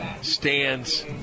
stands